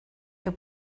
que